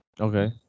okay